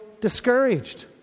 Discouraged